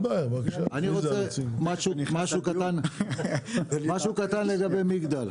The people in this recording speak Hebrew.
משהו קטן לגבי מגדל.